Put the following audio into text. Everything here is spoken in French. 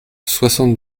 soixante